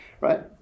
right